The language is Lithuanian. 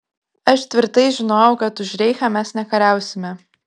aš tvirtai žinojau kad už reichą mes nekariausime